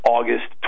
August